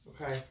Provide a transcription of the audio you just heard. Okay